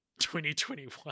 2021